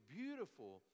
beautiful